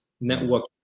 network